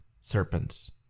serpents